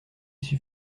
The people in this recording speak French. c’est